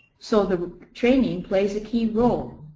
so the training plays a key role